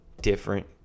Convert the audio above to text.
different